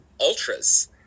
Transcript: ultras